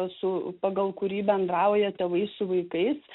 su pagal kurį bendrauja tėvai su vaikais